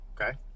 Okay